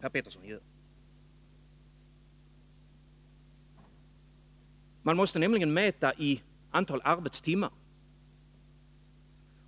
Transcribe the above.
Per Petersson gör. Man måste nämligen mäta i antal arbetstimmar.